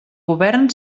govern